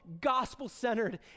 gospel-centered